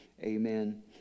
amen